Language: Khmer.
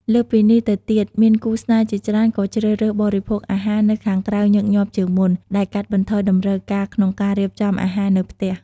លើសពីនេះទៅទៀតមានគូស្នេហ៍ជាច្រើនក៏ជ្រើសរើស បរិភោគអាហារនៅខាងក្រៅញឹកញាប់ជាងមុន ដែលកាត់បន្ថយតម្រូវការក្នុងការរៀបចំអាហារនៅផ្ទះ។